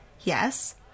Yes